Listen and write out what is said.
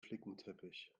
flickenteppich